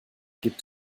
gibt